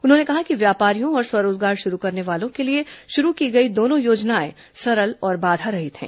उन्होंने कहा कि व्यापारियों और स्वरोजगार शुरू करने वालों के लिए शुरू की गई दोनों योजनाएं सरल और बाधारहित हैं